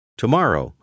tomorrow